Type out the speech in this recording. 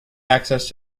access